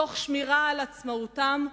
תוך שמירה על עצמאותם,